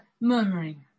murmuring